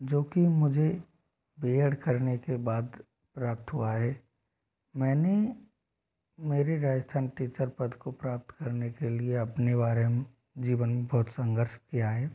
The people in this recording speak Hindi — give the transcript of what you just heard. जो कि मुझे बी एड करने के बाद प्राप्त हुआ है मैंने मेरी राजस्थान टीचर पद को प्राप्त करने के लिए अपने बारे में जीवन बहुत संघर्ष किया है